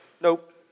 nope